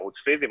ערוץ פיזי,